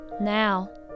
Now